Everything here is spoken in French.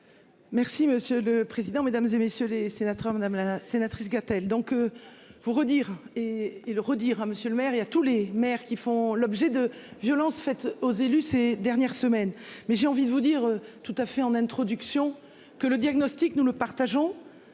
Merci monsieur le président, Mesdames, et messieurs les sénateurs, madame la sénatrice Gatel donc. Vous redire et le redire à monsieur le maire, il a tous les maires qui font l'objet de violences faites aux élus ces dernières semaines mais j'ai envie de vous dire tout à fait en introduction. Que le diagnostic nous le partageons.